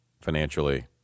financially